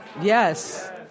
Yes